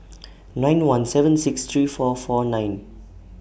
nine one seven six three four four nine